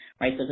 right